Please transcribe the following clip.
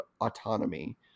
autonomy